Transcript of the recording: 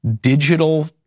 digital